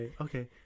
okay